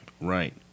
Right